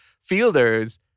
fielders